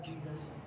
Jesus